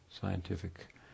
Scientific